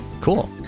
cool